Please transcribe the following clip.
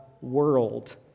world